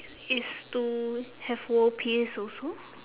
it's to have world peace also